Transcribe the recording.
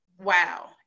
wow